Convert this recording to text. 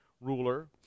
ruler